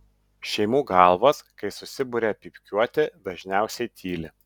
šeimų galvos kai susiburia pypkiuoti dažniausiai tyli